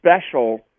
special